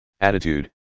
attitude